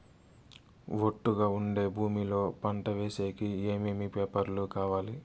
ఒట్టుగా ఉండే భూమి లో పంట వేసేకి ఏమేమి పేపర్లు కావాలి?